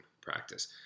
practice